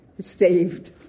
saved